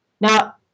Now